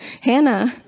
Hannah